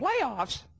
playoffs